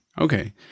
okay